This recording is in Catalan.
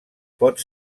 pot